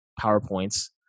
PowerPoints